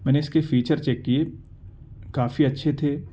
میں نے اس کے فیچر چیک کیے کافی اچھے تھے